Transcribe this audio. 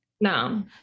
No